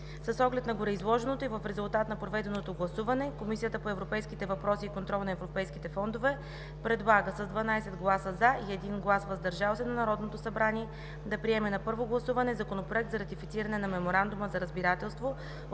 С оглед на гореизложеното и в резултат на проведеното гласуване, Комисията по европейските въпроси и контрол на европейските фондове предлага с 12 гласа „за” и 1 глас „въздържал се” на Народното събрание да приеме на първо гласуване Законопроекта за ратифициране на Меморандума за разбирателство